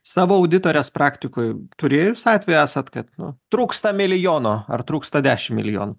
savo auditorės praktikoj turėjus atvejų esant kad nu trūksta milijono ar trūksta dešim milijonų